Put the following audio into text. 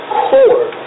core